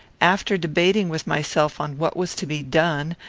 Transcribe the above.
after debating with myself on what was to be done,